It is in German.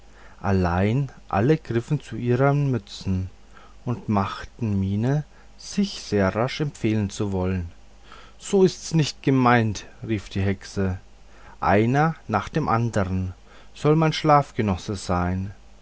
allein alle griffen zu ihren mützen und machten miene sich sehr rasch empfehlen zu wollen so ist's nicht gemeint rief die hexe einer nach dem andern soll mein schlafgenosse sein